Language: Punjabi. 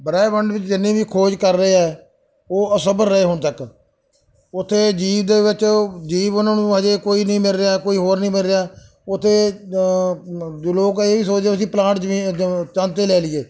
ਬ੍ਰਹਿਮੰਡ ਵਿੱਚ ਜਿੰਨੇ ਵੀ ਖੋਜ ਕਰ ਰਹੇ ਆ ਉਹ ਅਸਫਲ ਰਹੇ ਹੁਣ ਤੱਕ ਉੱਥੇ ਜੀਵ ਦੇ ਵਿੱਚ ਜੀਵ ਉਹਨਾਂ ਨੂੰ ਅਜੇ ਕੋਈ ਨਹੀਂ ਮਿਲ ਰਿਹਾ ਕੋਈ ਹੋਰ ਨਹੀਂ ਮਿਲ ਰਿਹਾ ਉੱਥੇ ਜੋ ਲੋਕ ਇਹ ਵੀ ਸੋਚਦੇ ਉਹ ਜੀ ਪਲਾਂਟ ਜ਼ਮੀਨ ਚੰਦ 'ਤੇ ਲੈ ਲਈਏ